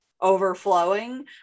Overflowing